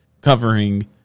covering